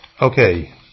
Okay